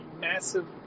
massive